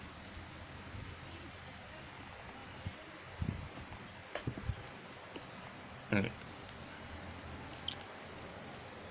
mm